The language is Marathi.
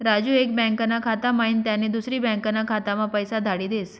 राजू एक बँकाना खाता म्हाईन त्यानी दुसरी बँकाना खाताम्हा पैसा धाडी देस